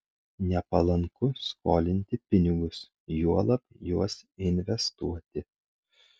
nepalanku skolinti pinigus juolab juos investuoti